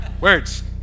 Words